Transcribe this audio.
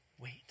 wait